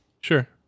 Sure